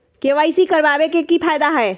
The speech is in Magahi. के.वाई.सी करवाबे के कि फायदा है?